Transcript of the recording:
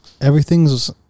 everything's